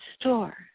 store